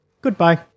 Goodbye